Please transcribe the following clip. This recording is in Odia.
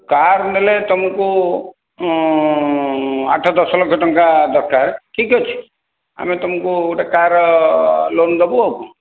କାର୍ ନେଲେ ତୁମକୁ ଆଠ ଦଶ ଲକ୍ଷ ଟଙ୍କା ଦରକାର ଠିକ୍ ଅଛି ଆମେ ତୁମକୁ ଗୋଟେ କାର୍ ଲୋନ୍ ଦେବୁ ଆଉ କ'ଣ